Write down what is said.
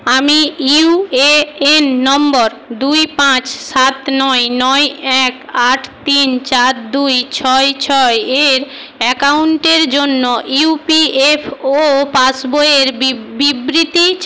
আমি UAN number দুই পাঁচ সাত নয় নয় এক আট তিন চার দুই ছয় ছয় এর অ্যাকাউন্টের জন্য ইউপিএফও পাসবইয়ের বিবৃতি চাই